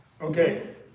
Okay